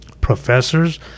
professors